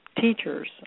teachers